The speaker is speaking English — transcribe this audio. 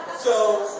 so